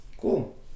Cool